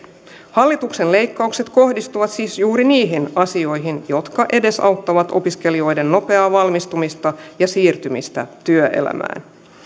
hallituksen leikkaukset kohdistuvat siis juuri niihin asioihin jotka edesauttavat opiskelijoiden nopeaa valmistumista ja siirtymistä työelämään